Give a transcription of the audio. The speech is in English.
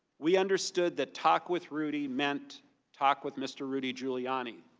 we understood that talk with rudy meant talk with mr. rudy giuliani,